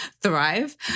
Thrive